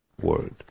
word